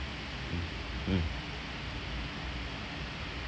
mm mm